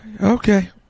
Okay